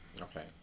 Okay